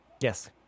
Yes